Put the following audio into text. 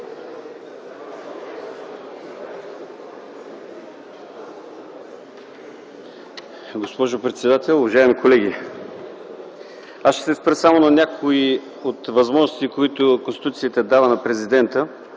Госпожо председател, уважаеми колеги! Аз ще се спра само на някои от възможностите, които Конституцията дава на Президента